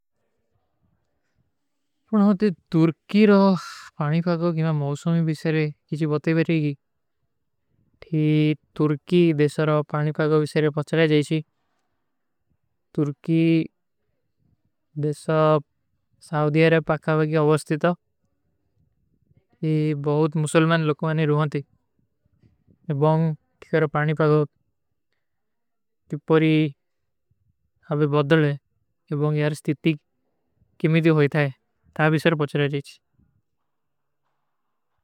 ପର ହମ ତୀ ତୁର୍କୀ ରୋ ପାଣୀ ପାଗୋ କୀମା ମୌସୋମୀ ଵିଶେରେ କୀଛୀ ବତେ ବେଟେ ଗୀ। ଥୀ ତୁର୍କୀ ଦେଶା ରୋ ପାଣୀ ପାଗୋ ଵିଶେରେ ପଚଲେ ଜାଈଶୀ। ତୁର୍କୀ ଦେଶା ସାଊଧିଯାରେ ପାକାଵାଗୀ ଅଵସ୍ତିତା। ଜୀ ବହୁତ ମୁସଲ୍ମାନ ଲୋକୋଂ ଆନେ ରୂହନ ଥୀ। ଔର ତୁର୍କୀ ରୋ ପାଣୀ ପାଗୋ କୀମା ମୌସୋମୀ ଵିଶେରେ ପଚଲେ ଜାଈଶୀ।